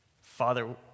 Father